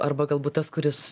arba galbūt tas kuris